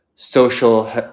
Social